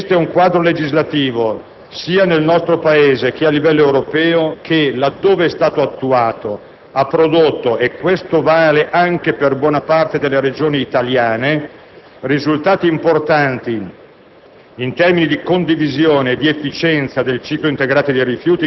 Peraltro, sull'ordinarietà non vi è nulla da inventare in Campania; esiste un quadro legislativo sia nel nostro Paese che a livello europeo, che, laddove è stato attuato, ha prodotto - e questo vale anche per buona parte delle Regioni italiane